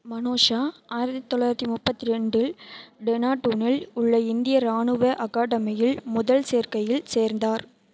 மானோஷா ஆயிரத்தி தொள்ளாயிரத்தி முப்பத்ரெண்டில் டேனார்டூனில் உள்ள இந்திய இராணுவ அகாடமியில் முதல் சேர்க்கையில் சேர்ந்தார்